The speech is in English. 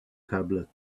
tablet